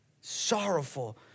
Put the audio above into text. Sorrowful